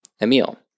Emil